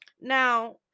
Now